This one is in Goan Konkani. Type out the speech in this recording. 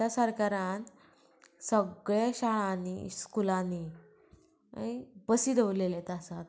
आतां सरकारान सगळे शाळांनी स्कुलांनी बसी दवरलेले आसात